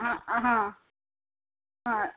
ಹಾಂ ಹಾಂ ಹಾಂ